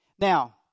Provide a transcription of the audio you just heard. now